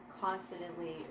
confidently